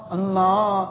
Allah